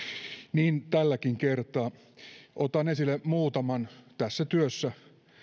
niin tälläkin kertaa otan esille muutaman tässä työssä